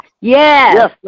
Yes